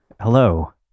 Hello